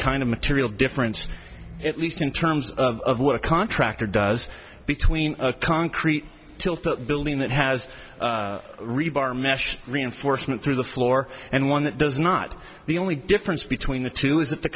kind of material difference at least in terms of what a contractor does between a concrete tilt building that has rebar mesh reinforcement through the floor and one that does not the only difference between the two is that the